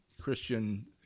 Christian